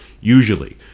usually